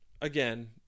again